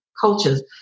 cultures